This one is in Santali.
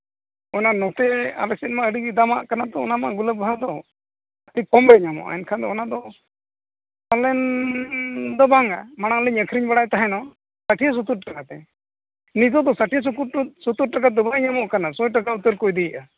ᱚᱱᱟ ᱱᱚᱛᱮ ᱟᱞᱮ ᱥᱮᱫᱢᱟ ᱟᱹᱰᱤ ᱫᱟᱢᱟᱜ ᱠᱟᱱᱟ ᱛᱚ ᱚᱱᱟᱢᱟ ᱜᱩᱞᱟᱹᱵ ᱵᱟᱦᱟ ᱫᱚ ᱟᱹᱰᱤ ᱠᱚᱢᱜᱮ ᱧᱟᱢᱚᱜᱼᱟ ᱮᱱᱠᱷᱟᱱ ᱚᱱᱟ ᱫᱚ ᱯᱟᱞᱮᱱ ᱫᱚ ᱵᱟᱝᱟ ᱢᱟᱲᱟᱝ ᱞᱤᱧ ᱟᱹᱠᱷᱨᱤᱧ ᱵᱟᱲᱟᱭ ᱛᱟᱦᱮᱫᱚᱜ ᱥᱟᱹᱴᱭᱟᱹ ᱥᱳᱛᱛᱚᱨ ᱴᱟᱠᱟ ᱠᱟᱛᱮ ᱱᱤᱛᱚᱜ ᱫᱚ ᱥᱟᱴᱤᱭᱟ ᱥᱳᱛᱛᱚᱨ ᱴᱟᱠᱟ ᱛᱮᱫᱚ ᱵᱟᱝ ᱧᱟᱢᱚᱜ ᱠᱟᱱᱟ ᱥᱚᱭ ᱴᱟᱠᱟ ᱩᱛᱟᱹᱨ ᱠᱚ ᱤᱫᱤᱭᱮᱫᱟ